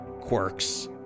quirks